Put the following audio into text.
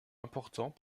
important